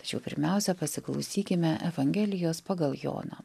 tačiau pirmiausia pasiklausykime evangelijos pagal joną